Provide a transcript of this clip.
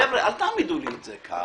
חבר'ה, על תעמידו את זה כך.